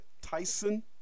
Tyson